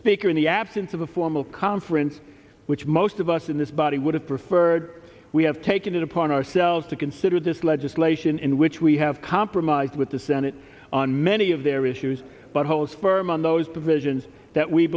speaker in the absence of a formal conference which most of us in this body would have preferred we have taken it upon ourselves to consider this legislation in which we have compromised with the senate on many of their issues but holds firm on those provisions that we